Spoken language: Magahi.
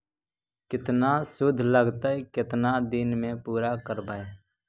केतना शुद्ध लगतै केतना दिन में पुरा करबैय?